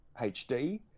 HD